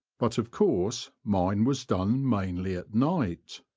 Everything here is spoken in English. but of course mine was done mainly at night.